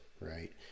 right